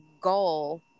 goal